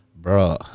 bro